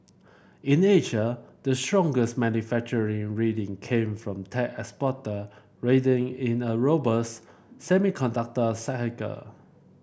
in Asia the strongest manufacturing reading came from tech exporter riding in a robust semiconductor cycle